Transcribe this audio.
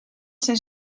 zijn